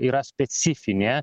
yra specifinė